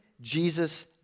Jesus